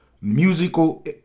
musical